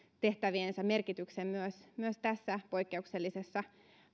tehtäviensä merkityksen myös myös tässä poikkeuksellisessa